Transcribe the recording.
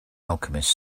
alchemist